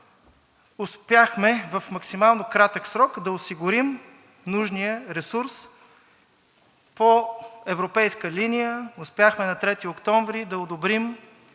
Успяхме в максимално кратък срок да осигурим нужния ресурс по европейска линия, успяхме на 3 октомври да одобрим